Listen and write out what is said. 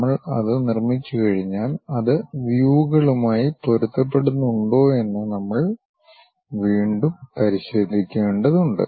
നമ്മൾ അത് നിർമ്മിച്ചുകഴിഞ്ഞാൽ അത് വ്യൂകളുമായി പൊരുത്തപ്പെടുന്നുണ്ടോയെന്ന് നമ്മൾ വീണ്ടും പരിശോധിക്കേണ്ടതുണ്ട്